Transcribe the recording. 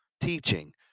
teaching